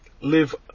live